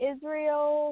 Israel